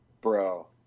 Bro